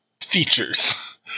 features